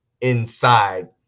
inside